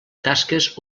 tasques